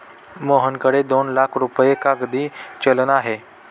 मोहनकडे दोन लाख रुपये कागदी चलन आहे